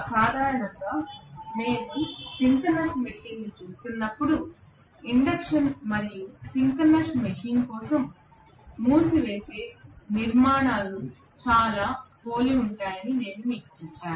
సాధారణంగా మేము సింక్రోనస్ మెషీన్ను చూస్తున్నప్పుడు ఇండక్షన్ మరియు సింక్రోనస్ మెషీన్ కోసం మూసివేసే నిర్మాణాలు చాలా పోలి ఉంటాయని నేను మీకు చెప్పాను